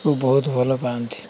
କୁ ବହୁତ ଭଲ ପାଆନ୍ତି